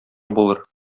булыр